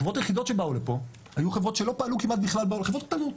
חברות יחידות שבאו לפה היו חברות שלא פעלו כמעט בכלל -- -חברות קטנות,